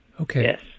Okay